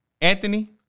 Anthony